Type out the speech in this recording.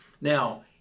now